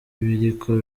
biriko